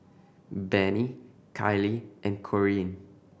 Bennie Kylee and Corean